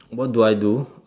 what do I do